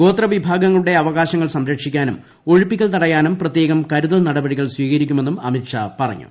ഗോത്രവിഭാഗങ്ങളുടെ അവകാശങ്ങൾ സംരക്ഷിക്കാനും ഒഴിപ്പിക്കൽ തടയാനും പ്രത്യേകം കരുതൽ നടപടികൾ സ്വീകരിക്കുമെന്നും അമിത്ഷാ പറഞ്ഞു